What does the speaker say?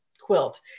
quilt